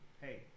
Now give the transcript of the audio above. hey